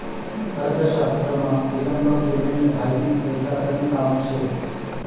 अर्थशास्त्रमा विलंब पेमेंट हायी पैसासन काम शे